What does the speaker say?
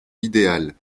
l’idéal